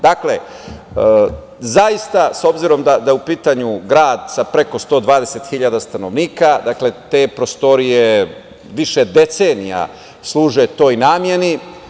Dakle, zaista, s obzirom da je u pitanju grad sa preko 120.000 stanovnika, te prostorije više decenija služe toj nameni.